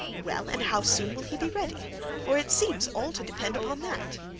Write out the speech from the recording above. well, and how soon will he be ready for it seems all to depend upon that.